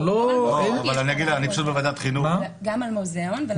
גם על מוזיאון.